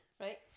right